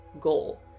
goal